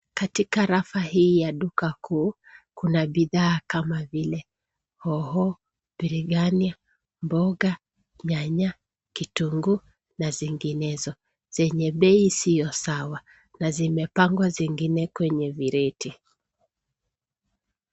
Katika rafa hii ya duka kuu, kuna bidhaa kama vile hoho, bilinganya, mboga, nyanya, kitunguu na zinginezo zenye bei isiyo sawa na zimepangwa zingine kwenye vireti.